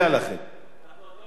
אנחנו עוד לא באותה סיעה.